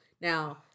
Now